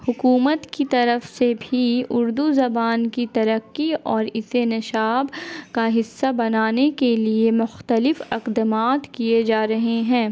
حکومت کی طرف سے بھی اردو زبان کی ترقی اور اسے نصاب کا حصہ بنانے کے لیے مختلف اقدمات کیے جا رہے ہیں